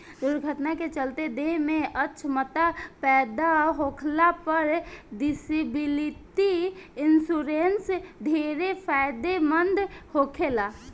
दुर्घटना के चलते देह में अछमता पैदा होखला पर डिसेबिलिटी इंश्योरेंस ढेरे फायदेमंद होखेला